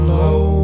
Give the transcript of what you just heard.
low